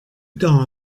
temps